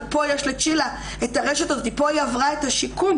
ופה יש לצ'ילה את הרשת הזאת פה היא עברה את השיקום,